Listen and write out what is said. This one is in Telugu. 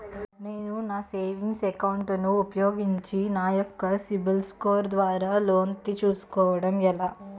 నేను నా సేవింగ్స్ అకౌంట్ ను ఉపయోగించి నా యెక్క సిబిల్ స్కోర్ ద్వారా లోన్తీ సుకోవడం ఎలా?